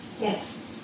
Yes